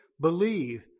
believe